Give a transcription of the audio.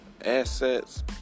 assets